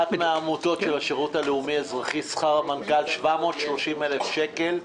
באחת העמותות של השירות הלאומי-אזרחי שכר המנכ"ל הוא 730,000 שקל.